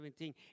2017